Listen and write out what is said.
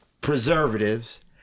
preservatives